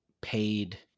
paid